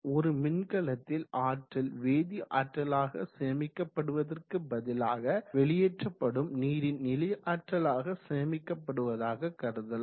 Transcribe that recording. ஒரு மின்கலத்தில் ஆற்றல் வேதிஆற்றலாக சேமிக்கப்படுவதற்கு பதிலாக வெளியேற்றப்படும் நீரின் நிலைஆற்றலாக சேமிக்கப்படுவதாக கருதலாம்